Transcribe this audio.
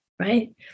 right